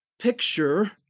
picture